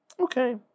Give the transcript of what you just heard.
Okay